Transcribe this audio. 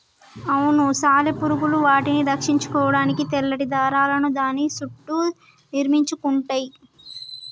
అవును సాలెపురుగులు వాటిని రక్షించుకోడానికి తెల్లటి దారాలను దాని సుట్టూ నిర్మించుకుంటయ్యి